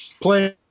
playing